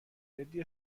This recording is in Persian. جدی